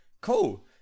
Cool